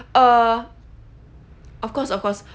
err of course of course